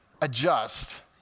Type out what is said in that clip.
adjust